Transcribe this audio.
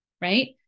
right